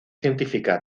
científica